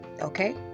okay